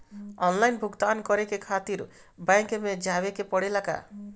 Online भुगतान करे के खातिर बैंक मे जवे के पड़ेला का?